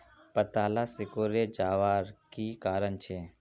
पत्ताला सिकुरे जवार की कारण छे?